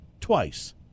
twice